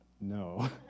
no